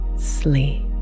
Sleep